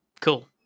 cool